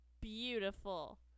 beautiful